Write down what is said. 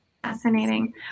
Fascinating